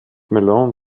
malone